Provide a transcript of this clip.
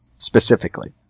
specifically